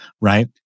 right